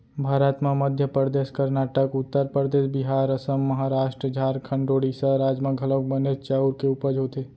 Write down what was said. भारत म मध्य परदेस, करनाटक, उत्तर परदेस, बिहार, असम, महारास्ट, झारखंड, ओड़ीसा राज म घलौक बनेच चाँउर के उपज होथे